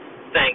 thanks